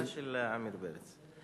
המלצה של עמיר פרץ.